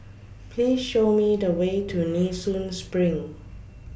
Please Show Me The Way to Nee Soon SPRING